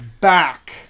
back